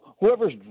whoever's